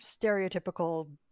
stereotypical